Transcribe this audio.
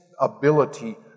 ability